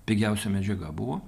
pigiausia medžiaga buvo